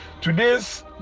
Today's